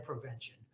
prevention